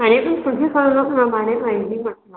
प्रमाणे पाहिजे म्हटलं